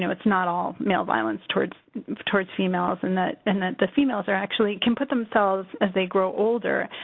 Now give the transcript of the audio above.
it's not all male violence towards towards females, and that and that the females are actually. can put themselves, as they grow older,